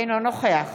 אינו נוכח